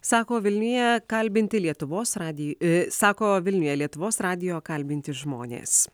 sako vilniuje kalbinti lietuvos radijui sako vilniuje lietuvos radijo kalbinti žmonės